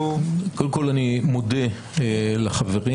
קודם כול, אני מודה לחברים,